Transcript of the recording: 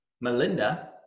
Melinda